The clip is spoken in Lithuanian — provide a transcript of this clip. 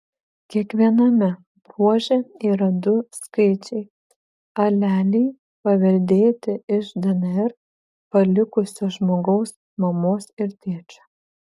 kiekviename bruože yra du skaičiai aleliai paveldėti iš dnr palikusio žmogaus mamos ir tėčio